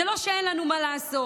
זה לא שאין לנו מה לעשות.